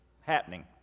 happening